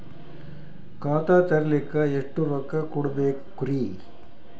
ಖಾತಾ ತೆರಿಲಿಕ ಎಷ್ಟು ರೊಕ್ಕಕೊಡ್ಬೇಕುರೀ?